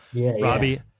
robbie